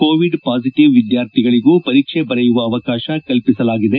Covid positive ವಿದ್ವಾರ್ಥಿಗಳಿಗೂ ಪರೀಕ್ಷೆ ಬರೆಯುವ ಅವಕಾಶ ಕಲ್ಪಿಸಲಾಗಿದೆ